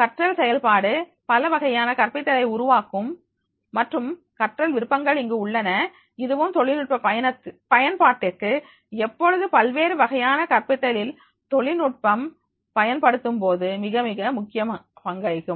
கற்றல் செயல்பாடு பல வகையான கற்பித்தலை உருவாக்கும் மற்றும் கற்றல்விருப்பங்கள் இங்கு உள்ளன இதுவும் தொழில்நுட்பம் பயன்பாட்டுக்கு எப்பொழுது பல்வேறு வகையான கற்பித்தலில் தொழில் தொழில் நுட்பம் பயன்படுத்தும் போது மிக மிக முக்கிய பங்களிக்கும்